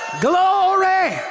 Glory